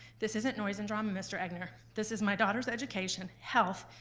this isn't noise and drama, mr. egnor. this is my daughter's education, health,